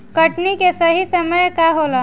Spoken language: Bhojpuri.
कटनी के सही समय का होला?